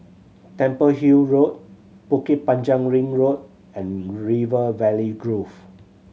Temple Hill Road Bukit Panjang Ring Road and River Valley Grove